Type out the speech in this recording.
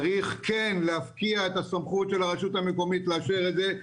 צריך כן להפקיע את הסמכות של הרשות המקומית לאשר את זה,